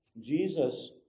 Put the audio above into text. Jesus